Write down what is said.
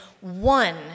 one